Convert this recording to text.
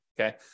okay